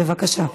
בבקשה.